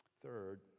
Third